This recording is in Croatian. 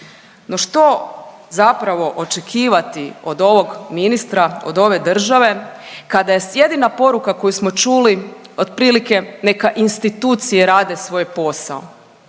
No što zapravo očekivati od ovog ministra, od ove države kada je jedina poruka koju smo čuli otprilike „neka institucije rade svoj posao“,